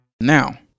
Now